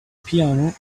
piano